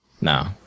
No